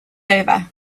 over